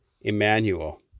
Emmanuel